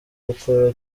gukora